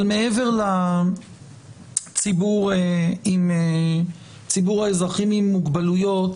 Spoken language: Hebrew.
מעבר לציבור האזרחים עם מוגבלויות,